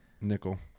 nickel